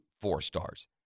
four-stars